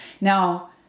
Now